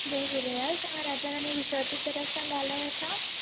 जय झूलेलाल तव्हां राजा रानी रिसोट जी तरफ़ सां ॻाल्हायो था